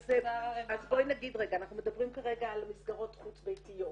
אנחנו מדברים כרגע על מסגרות חוץ ביתיות.